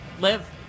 Live